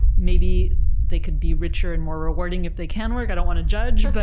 maybe they could be richer and more rewarding if they can work, i don't want to judge, but